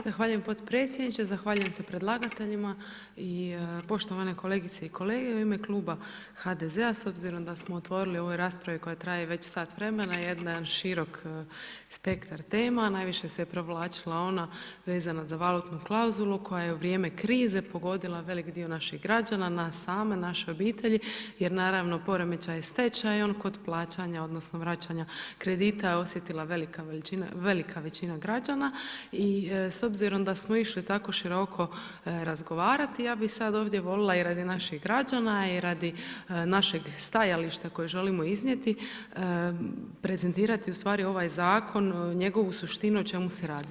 Zahvaljujem potpredsjedniče, zahvaljujem se predlagateljima i poštovane kolegice i kolege i u ime Kluba HDZ-a s obzirom da smo otvorili u ovoj raspravi koja traje već sat vremena jedan širok spektar tema, najviše se provlačila ona vezana za valutnu klauzulu koja je u vrijeme krize pogodila velik dio naših građana, nas same, naše obitelji jer naravno, poremećaj je s tečajom kod plaćanja odnosno vraćanja kredita osjetila velika većina građana i s obzirom da smo išli tako široko razgovarati, ja bi sad ovdje volila i radi naših građana i radi našeg stajališta kojeg želimo iznijeti prezentirati u stvari ovaj zakon, njegovu suštinu, o čemu se radi?